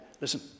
listen